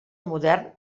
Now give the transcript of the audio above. modern